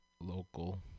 local